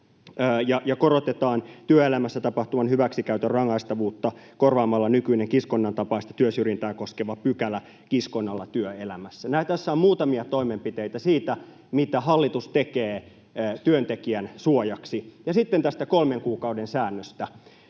ja korotetaan työelämässä tapahtuvan hyväksikäytön rangaistavuutta korvaamalla nykyinen kiskonnan tapaista työsyrjintää koskeva pykälä kiskonnalla työelämässä. Tässä on muutamia toimenpiteitä siitä, mitä hallitus tekee työntekijän suojaksi. Sitten tästä kolmen kuukauden säännöstä.